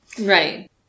Right